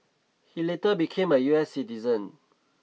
he later became a U S citizen